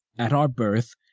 at our birth,